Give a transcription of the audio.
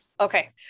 Okay